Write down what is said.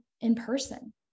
in-person